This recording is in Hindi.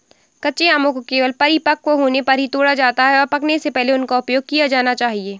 कच्चे आमों को केवल परिपक्व होने पर ही तोड़ा जाता है, और पकने से पहले उनका उपयोग किया जाना चाहिए